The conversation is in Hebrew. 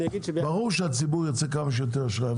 ברור שהציבור ירצה כמה שיותר אשראי,